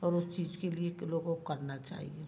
और उस चीज़ के लिए लोगों क करना चाहिए